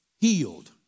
healed